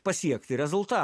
pasiekti rezulta